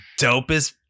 dopest